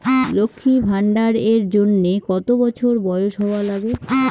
লক্ষী ভান্ডার এর জন্যে কতো বছর বয়স হওয়া লাগে?